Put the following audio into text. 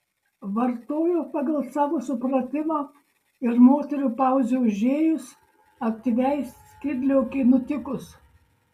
vartojo pagal savo supratimą ir moterų pauzei užėjus aktyviai skydliaukei nutikus